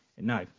No